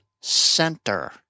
center